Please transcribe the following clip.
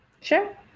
Sure